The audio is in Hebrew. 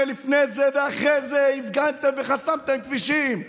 הרי לפני זה ואחרי זה הפגנתם וחסמתם כבישים.